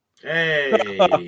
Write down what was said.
Hey